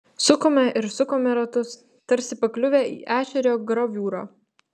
sukome ir sukome ratus tarsi pakliuvę į ešerio graviūrą